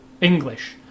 English